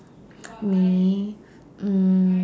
me mm